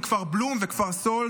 כפר בלום וכפר סאלד,